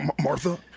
Martha